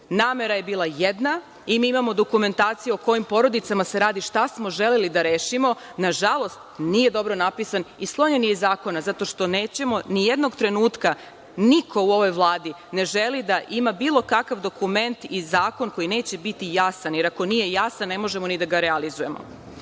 Namera je bila jedna i mi imamo dokumentaciju o kojim porodicama se radi, šta smo želeli da rešimo, nažalost nije dobro napisano i sklonjeno je iz zakona zato što nećemo ni jednog trenutka, niko u ovoj Vladi ne želi da ima bilo kakav dokument ili zakon koji neće biti jasan, jer ako nije jasan ne možemo ni da ga realizujemo. Govorite